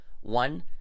One